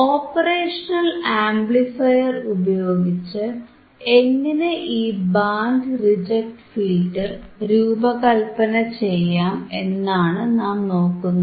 operational amplifier ഉപയോഗിച്ച് എങ്ങനെ ഈ ബാൻഡ് റിജക്ട് ഫിൽറ്റർ രൂപകല്പന ചെയ്യാം എന്നാണ് നാം നോക്കുന്നത്